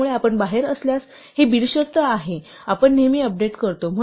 त्यामुळे आपण बाहेर असल्यास हे बिनशर्त आहे आपण नेहमी अपडेट करतो